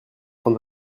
train